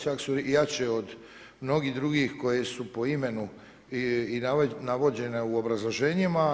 Čak su jače od mnogih drugih koje su po imenu i navođene u obrazloženjima.